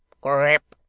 grip,